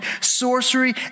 sorcery